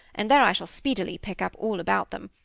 and there i shall speedily pick up all about them.